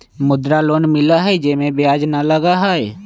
मुद्रा लोन मिलहई जे में ब्याज न लगहई?